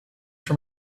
from